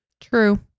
True